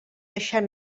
deixar